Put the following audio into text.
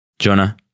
Jonah